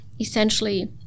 essentially